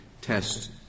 test